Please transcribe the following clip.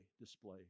display